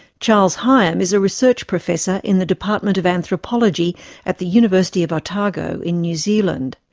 charles higham is a research professor in the department of anthropology at the university of otago in new zealand.